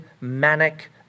manic